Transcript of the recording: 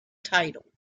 title